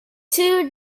too